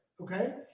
Okay